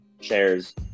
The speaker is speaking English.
shares